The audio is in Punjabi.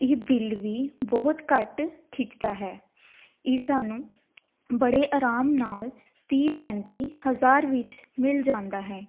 ਇਹ ਬਿੱਲ ਵੀ ਬਹੁਤ ਘੱਟ ਖਿੱਚਦਾ ਹੈ ਇਹ ਸਾਨੂੰ ਬੜੇ ਆਰਾਮ ਨਾਲ ਤੀਹ ਪੈਂਤੀ ਹਜ਼ਾਰ ਵਿੱਚ ਮਿਲ ਜਾਂਦਾ ਹੈ